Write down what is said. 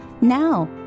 now